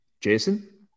Jason